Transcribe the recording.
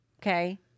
Okay